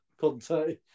Conte